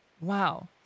wow